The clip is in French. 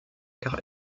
quart